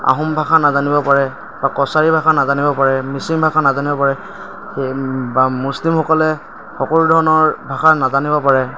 আহোম ভাষা নাজানিব পাৰে বা কছাৰী ভাষা নাজানিব পাৰে মিচিং ভাষা নাজানিব পাৰে এই বা মুছলিমসকলে সকলো ধৰণৰ ভাষা নাজানিব পাৰে